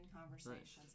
conversations